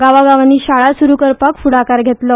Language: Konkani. गावागावानी शाळा सुरु करपाक फुडाकार घेतलो